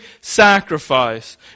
sacrifice